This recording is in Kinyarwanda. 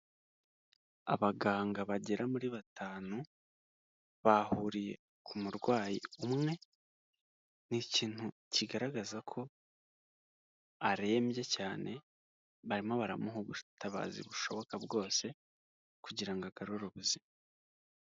Abaganga bagera kuri batanu bahuriye ku murwayi umwe. Ni ikintu kigaragaza ko arembye cyane barimo baramuha ubutabazi bushoboka bwose kugira agarure ubuzima.